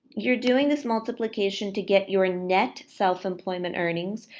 you're doing this multiplication to get your net self employment earnings,